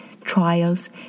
trials